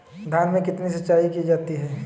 धान में कितनी सिंचाई की जाती है?